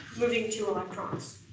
moving two electrons.